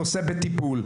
הנושא בטיפול'.